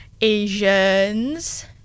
Asians